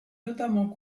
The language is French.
notamment